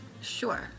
Sure